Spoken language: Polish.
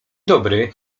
dobry